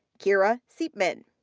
kira siepman.